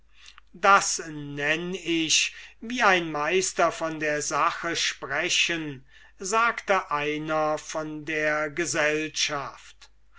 das nenn ich wie ein meister von der sache sprechen sagte einer von der gesellschaft